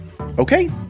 okay